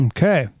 Okay